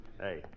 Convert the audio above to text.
Hey